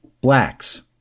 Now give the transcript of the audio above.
blacks